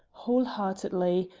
whole-heartedly,